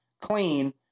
clean